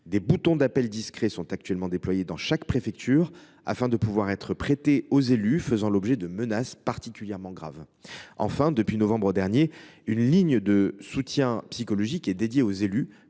Des boutons d’appel discrets sont actuellement déployés dans chaque préfecture en vue d’être prêtés aux élus faisant l’objet de menaces particulièrement graves. Enfin, depuis novembre dernier, une ligne de soutien psychologique est consacrée aux élus,